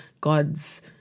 god's